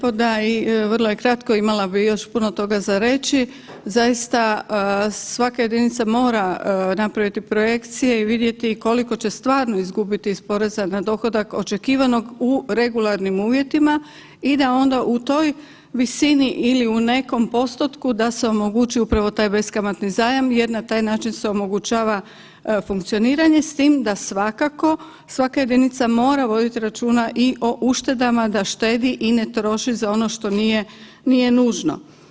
Tako je, hvala lijepo, da i vrlo je kratko imala bi još puno toga za reći, zaista svaka jedinica mora napraviti projekcije i vidjeti koliko će stvarno izgubiti iz poreza na dohodak očekivanog u regularnim uvjetima i da onda u toj visini ili u nekom postotku da se omogući upravo taj beskamatni zajam jer na taj način se omogućava funkcioniranje, s tim da svakako svaka jedinica mora voditi računa i o uštedama, da štedi i ne troši za ono što nije nužno.